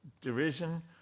derision